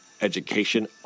education